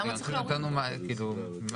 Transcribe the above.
למה צריך להוריד אותו?